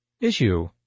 Issue